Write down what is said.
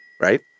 Right